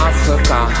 Africa